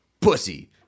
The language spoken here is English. pussy